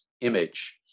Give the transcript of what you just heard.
image